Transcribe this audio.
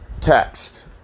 text